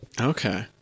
Okay